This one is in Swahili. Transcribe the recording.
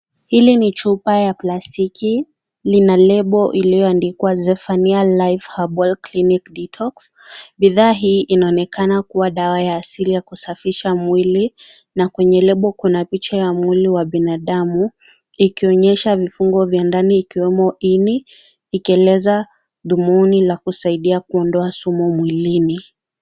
Hili ni chupa ya plastiki, lina lebo iliyoandikwa Zephania Life Herbal clinic detox. Bidhaa hii inaonekana kuwa dawa ya asili ya kusafisha mwili na kwenye lebo kuna picha ya mwili wa binadamu ikionyesha viungo vya ndani ikiwemo ini, ikieleza dhumuni la kusaidia kuondoa sumu mwilini.